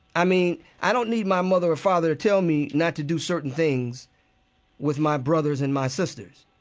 i mean, i don't need my mother or father to tell me not to do certain things with my brothers and my sisters.